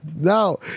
No